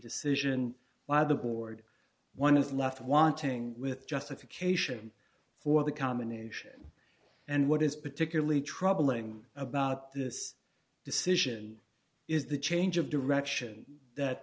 decision by the board one is left wanting with justification for the combination and what is particularly troubling about this decision is the change of direction that